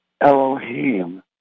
Elohim